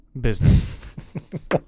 business